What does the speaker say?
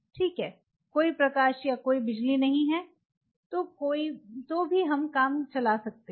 ठीक है कोई प्रकाश या कोई बिजली नहीं है तो भी हम काम चला सकते हैं